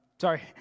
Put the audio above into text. sorry